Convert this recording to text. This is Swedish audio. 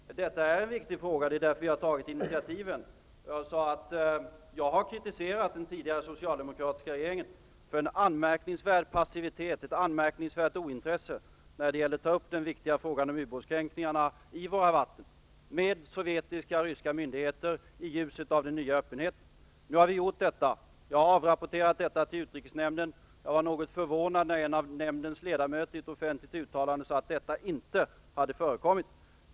Fru talman! Detta är en viktig fråga, och det är därför som jag har tagit initiativen. Man sade att jag har kritiserat den tidigare socialdemokratiska regeringen för en anmärkningsvärd passivitet och ett anmärkningsvärt ointresse att ta upp denna viktiga fråga om ubåtskränkningar i våra vatten med sovjetiska/ryska myndigheter i ljuset av den nya öppenheten. Nu har vi gjort detta. Jag har avrapporterat det till utrikesnämnden. Jag var något förvånad när en av utrikesnämndens ledamöter i ett offentligt uttalande sade att detta inte hade skett.